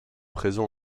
présent